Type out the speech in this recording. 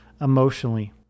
emotionally